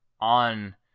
on